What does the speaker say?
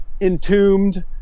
entombed